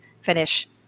Finish